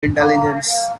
intelligence